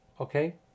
Okay